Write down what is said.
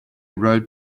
rode